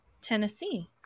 Tennessee